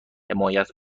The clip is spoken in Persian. حمایت